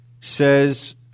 says